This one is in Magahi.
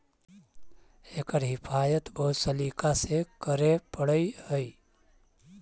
एकर हिफाज़त बहुत सलीका से करे पड़ऽ हइ